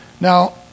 Now